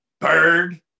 Bird